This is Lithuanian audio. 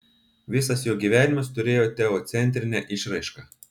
visas jo gyvenimas turėjo teocentrinę išraišką